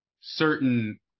certain